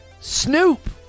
Snoop